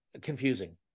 confusing